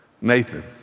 Nathan